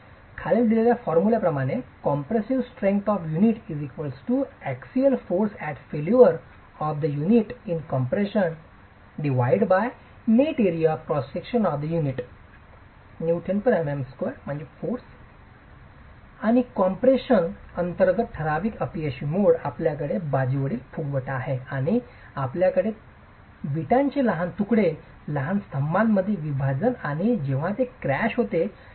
Compressive strength of unit fb P Anet P Axial load at failure of the unit in compression Anet Net area of cross section of the unit आणि compression अंतर्गत ठराविक अपयशी mode आपल्याकडे बाजूकडील फुगवटा आहे आणि आपल्याकडे आहे विटाचे लहान तुकडे लहान स्तंभांमध्ये विभाजन आणि जेव्हा ते क्रश होते तेव्हाच